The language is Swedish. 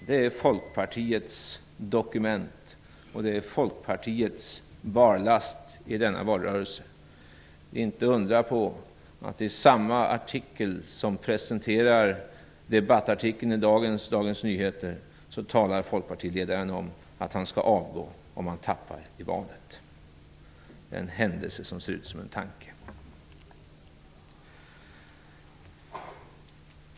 Det är Folkpartiets barlast i denna valrörelse. Inte att undra på att folkpartiledaren i samma Dagens Nyheter talar om att han skall avgå om han tappar i valet! Det är en händelse som ser ut som en tanke.